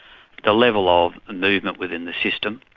the level of and movement within the system,